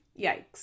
yikes